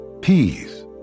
Peas